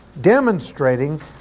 demonstrating